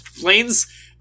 planes